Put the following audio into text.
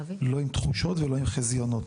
לא עם תחושות ולא עם חזיונות,